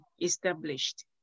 established